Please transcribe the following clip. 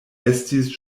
estis